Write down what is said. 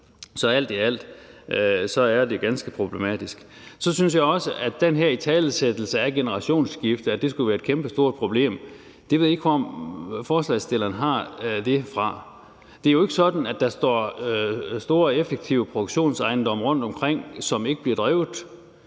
Så alt i alt er det ganske problematisk. Så er der den her italesættelse af, at generationsskifte skulle være et kæmpestort problem. Det ved jeg ikke hvor forslagsstillerne har fra. Det er jo ikke sådan, at der står store og effektive produktionsejendomme rundtomkring, som ikke bliver drevet.